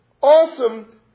awesome